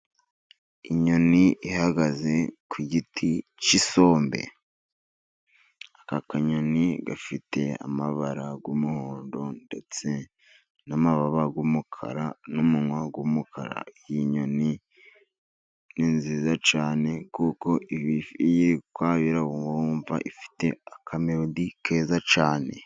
Inyoni ihagaze ku giti cy'isombe. Aka kanyoni gafite amabara y'umuhondo ndetse n'amababa y'umukara n'umunwa w'umukara. Ni inyoni nziza cyane kuko iyo iri kwabira wumva ifite akamerodi keza cyane.